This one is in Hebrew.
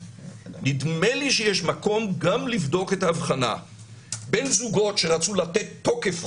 נדמה לי שיש מקום גם לבדוק את ההבחנה בין זוגות שרצו לתת תוקף חוקי,